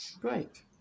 Great